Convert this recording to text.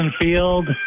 Field